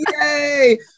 Yay